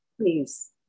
Please